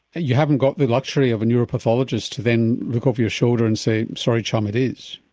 and you haven't got the luxury of a neuropathologist to then look over your shoulder and say, sorry chum, it is.